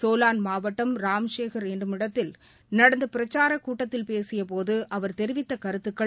சோலான் மாவட்டம் ராம் ஷேகர் என்னுமிடத்தில் நடந்த பிரச்சாரக் கூட்டத்தில் பேசிய போது அவர் தெரிவித்த கருத்துக்கள்